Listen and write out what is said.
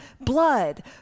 blood